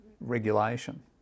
regulation